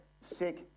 sick